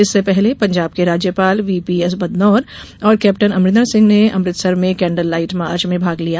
इससे पहले पंजाब के राज्यपाल वीपीएस बदनोर और कैप्टन अमरिंदर सिंह ने अमृतसर में कैंडल लाइट मार्च में भाग लिया